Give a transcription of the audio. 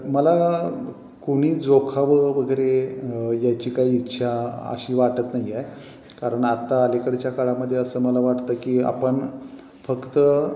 मला कुणी जोखावं वगैरे याची काही इच्छा अशी वाटत नाही आहे कारण आता अलीकडच्या काळामध्ये असं मला वाटतं की आपण फक्त